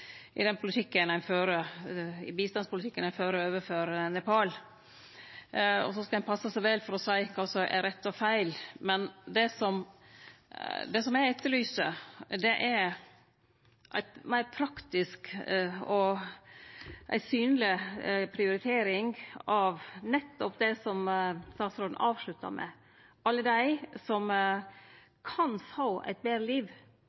bistandspolitikken ein fører overfor Nepal. Ein skal passe seg vel for å seie kva som er rett og feil, men det eg etterlyser, er ei meir praktisk og synleg prioritering av nettopp det som statsråden avslutta med – alle dei som kan få eit betre liv